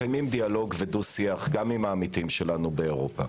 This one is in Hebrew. מקיימים דיאלוג ושיח גם עם העמיתים שלנו באירופה.